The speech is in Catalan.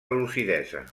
lucidesa